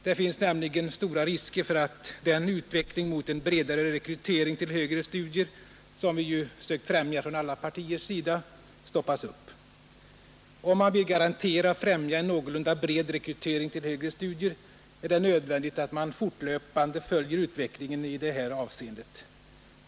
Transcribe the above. Det finns nämligen stora risker för att den utveckling mot en bredare rekrytering till högre studier, vilken vi från alla partiers sida ju har försökt främja, stoppas upp. Om man vill garantera och främja en någorlunda bred rekrytering till högre studier, är det nödvändigt att man fortlöpande följer utvecklingen i detta avseende.